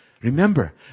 Remember